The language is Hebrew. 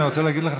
אני רוצה להגיד לך,